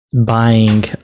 buying